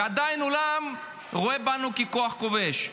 ועדיין העולם רואה בנו ככוח כובש.